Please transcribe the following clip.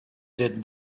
did